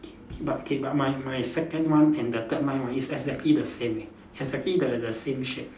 K K but K but my my second one and the third line right is exactly the same leh exactly the the same shape